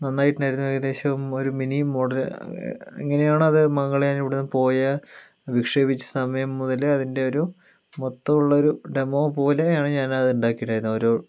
നന്നായിട്ടുണ്ടായിരുന്നു ഏകദേശം ഒരു mini model എങ്ങനെയാണോ അത് മംഗൾയാൻ ഇവിടുന്ന് പോയ വിക്ഷേപിച്ച സമയം മുതല് അതിൻ്റെരു മൊത്തം ഉള്ളൊരു ഡെമോ പോലെയാണ് ഞാനത് ഉണ്ടാക്കിയിട്ടുണ്ടായുന്നത് ഒരു